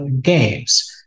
games